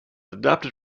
adapted